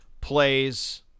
plays